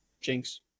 Jinx